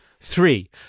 Three